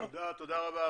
תודה רבה.